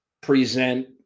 present